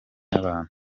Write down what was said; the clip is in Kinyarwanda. y’abantu